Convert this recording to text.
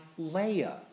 Leia